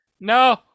no